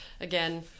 Again